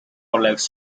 legs